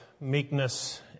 meekness